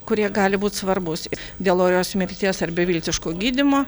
kurie gali būt svarbūs dėl orios mirties ar beviltiško gydymo